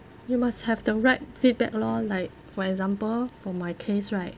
you must have the right feedback lor like for example for my case right